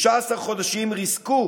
16 חודשים ריסקו